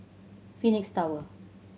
Phoenix Tower